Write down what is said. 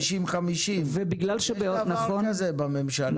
50-50. יש דבר כזה בממשלה.